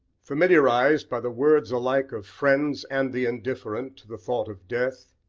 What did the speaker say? familiarised, by the words alike of friends and the indifferent, to the thought of death,